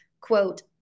quote